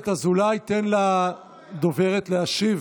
אזולאי, תן לדוברת להשיב.